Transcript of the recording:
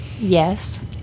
Yes